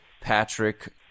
Patrick